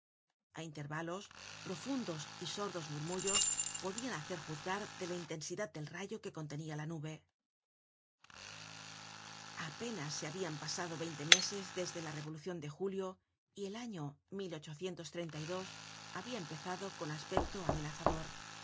a intervalos profundos y sordos murmullos podian hacer juzgar de la intensidad del rayo que contenia la nube apenas se habian pasado veinte meses desde la revolucion de julio y el año habia empezado con aspecto amenazador